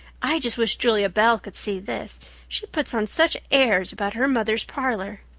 i just wish julia bell could see this she puts on such airs about her mother's parlor.